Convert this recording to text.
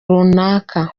runaka